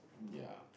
ya